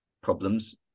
problems